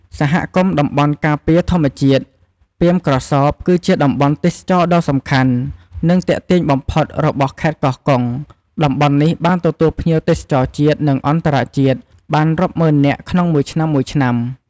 សហគមន៍តំបន់ការពារធម្មជាតិ ពាមក្រសោប គឺជាតំបន់ទេសចរណ៍ដ៏សំខាន់ និងទាក់ទាញបំផុតរបស់ខេត្តកោះកុង តំបន់នេះបានទទួលភ្ញៀវទេសចរជាតិ និងអន្តរជាតិ បានរាប់ម៉ឺននាក់ក្នុងមួយឆ្នាំៗ។